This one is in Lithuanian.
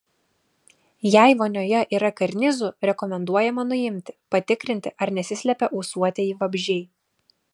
jei vonioje yra karnizų rekomenduojama nuimti patikrinti ar nesislepia ūsuotieji vabzdžiai